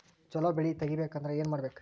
ಛಲೋ ಬೆಳಿ ತೆಗೇಬೇಕ ಅಂದ್ರ ಏನು ಮಾಡ್ಬೇಕ್?